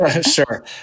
Sure